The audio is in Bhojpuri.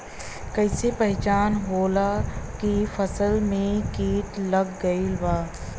कैसे पहचान होला की फसल में कीट लग गईल बा?